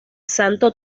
santo